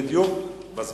שסיים בדיוק בזמן.